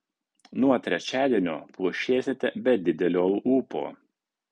nuo trečiadienio plušėsite be didelio ūpo